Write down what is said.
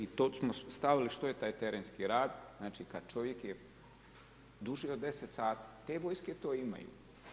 I to smo stavili što je taj terenski rad, znači kad čovjek je duže od 10 sati, te vojske to imaju.